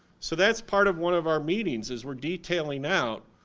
so that's part of one of our meetings, is we're detailing out,